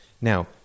Now